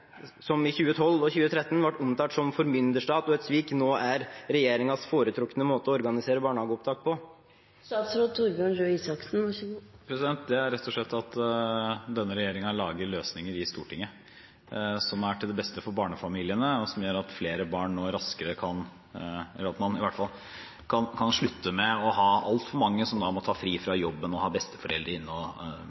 som i 2012 og 2013 ble omtalt som formynderstat og et svik, nå er regjeringens foretrukne måte å organisere barnehageopptak på. Det er rett og slett at denne regjeringen lager løsninger i Stortinget som er til beste for barnefamiliene, og som gjør at man raskere kan slutte med å ha altfor mange som må ta fri fra jobben, at man må få inn besteforeldre – Stortinget kjenner helt sikkert problemstillingene. Hvis man husker tilbake, la regjeringen og